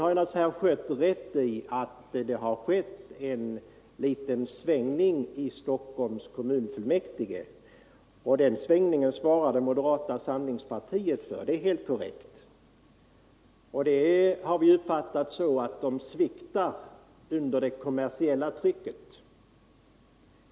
Herr Schött har naturligtvis rätt i att det skett en liten svängning i Stockholms kommunfullmäktige. Och den svängningen svarade moderata samlingspartiet för — det är helt korrekt. Detta har vi uppfattat så att moderaterna sviktar under det kommersiella trycket.